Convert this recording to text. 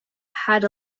had